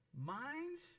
Minds